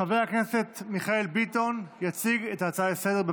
חבר הכנסת מיכאל ביטון יציג את ההצעה לסדר-היום.